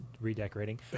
redecorating